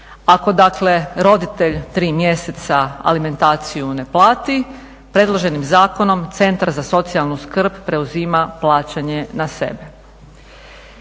Ako dakle roditelj tri mjeseca alimentaciju ne plati predloženim zakonom Centar za socijalnu skrb preuzima plaćanje na sebe.